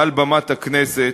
מעל במת הכנסת,